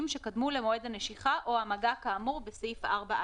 שקדמו למועד הנשיכה או המגע כאמור בסעיף 4א,